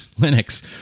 Linux